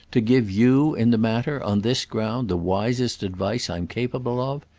to give you in the matter, on this ground, the wisest advice i'm capable of?